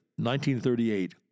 1938